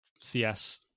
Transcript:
CS